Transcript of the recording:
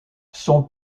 son